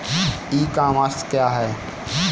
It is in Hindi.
ई कॉमर्स क्या है?